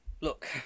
Look